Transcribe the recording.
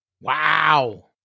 Wow